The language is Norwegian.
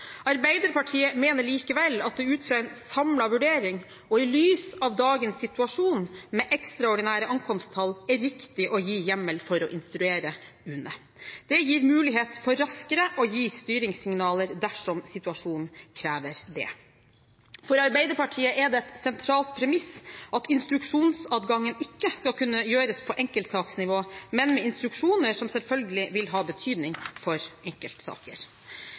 Arbeiderpartiet mener likevel at det ut fra en samlet vurdering og i lys av dagens situasjon, med ekstraordinære ankomsttall, er riktig å gi hjemmel for å instruere UNE. Det gir mulighet for raskere å gi styringssignaler dersom situasjonen krever det. For Arbeiderpartiet er det et sentralt premiss at instruksjonsadgangen ikke skal kunne gjøres på enkeltsaksnivå, men med instruksjoner som selvfølgelig vil ha betydning for enkeltsaker.